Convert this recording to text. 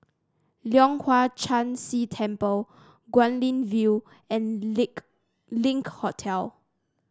Leong Hwa Chan Si Temple Guilin View and Link Hotel